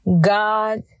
God